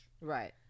Right